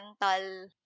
mental